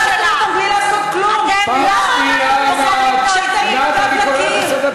ממשלת ישראל צריכה לעשות הכול כדי להימנע ממלחמה,